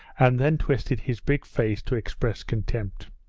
and then twisted his big face to express contempt.